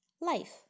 LIFE